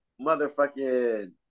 motherfucking